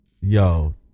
Yo